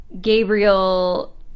Gabriel